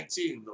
19